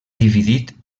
dividit